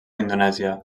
indonèsia